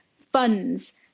funds